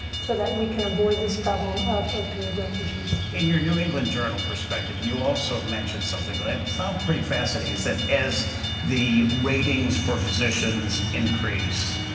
so that we can avoid this problem of opioid refugees. in your new england journal perspective, you also mentioned something that i found pretty fascinating, is that as the ratings for physicians increase,